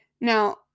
now